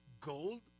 gold